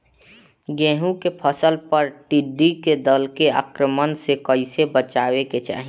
गेहुँ के फसल पर टिड्डी दल के आक्रमण से कईसे बचावे के चाही?